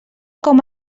com